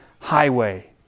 highway